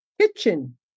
kitchen